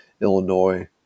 Illinois